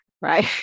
Right